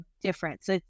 difference